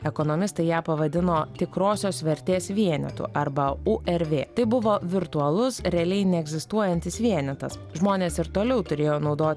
ekonomistai ją pavadino tikrosios vertės vienetu arba u er vė tai buvo virtualus realiai neegzistuojantis vienetas žmonės ir toliau turėjo naudot